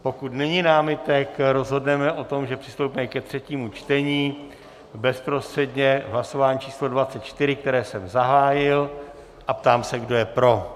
Pokud není námitek, rozhodneme o tom, že přistoupíme ke třetímu čtení bezprostředně, v hlasování číslo 24, které jsem zahájil, a ptám se, kdo je pro.